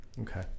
Okay